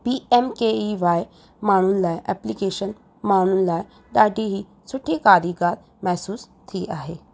P M K E Y माण्हुनि लाइ application माण्हुनि लाइ ॾाढी ई सुठी कारीगार महिसूस थी आहे